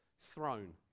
throne